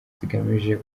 zigamije